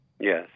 Yes